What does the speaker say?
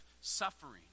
suffering